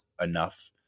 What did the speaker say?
enough